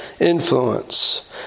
influence